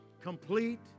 Complete